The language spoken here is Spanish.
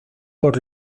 por